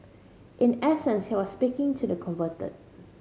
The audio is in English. in essence he was speaking to the converted